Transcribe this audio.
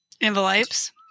Envelopes